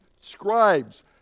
Scribes